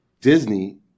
Disney